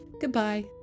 Goodbye